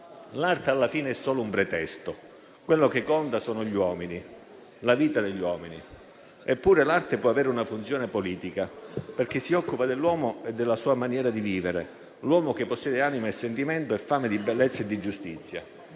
L'arte alla fine è solo un pretesto; quello che conta sono gli uomini, la vita degli uomini. Eppure, l'arte può avere una funzione politica, perché si occupa dell'uomo e della sua maniera di vivere: l'uomo che possiede anima e sentimento e fame di bellezza e di giustizia,